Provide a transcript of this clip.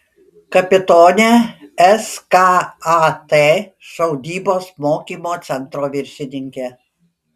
kapitonė skat šaudybos mokymo centro viršininkė